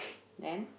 then